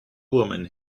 woman